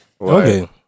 okay